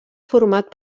format